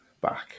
back